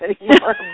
anymore